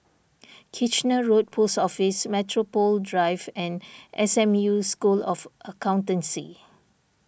Kitchener Road Post Office Metropole Drive and S M U School of Accountancy